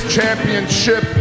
Championship